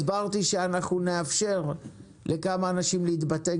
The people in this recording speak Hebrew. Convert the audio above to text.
הסברתי שאנחנו נאפשר לכמה אנשים להתבטא,